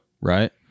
Right